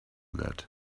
that